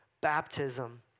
Baptism